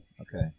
Okay